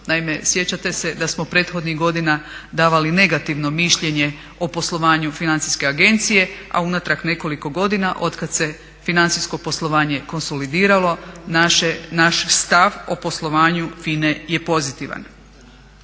Naime, sjećate se da smo prethodnih godina davali negativno mišljenje o poslovanju Financijske agencije, a unatrag nekoliko godina od kada se financijsko poslovanje konsolidiralo naš stav o poslovanju FINA-e je pozitivan.